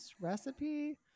recipe